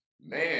Man